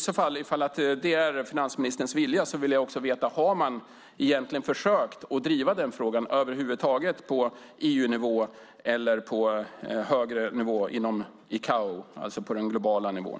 Om det är finansministerns vilja skulle jag i så fall vilja veta om man egentligen har försökt att driva denna fråga över huvud taget på EU-nivå eller på högre nivå inom ICAO, alltså på den globala nivån.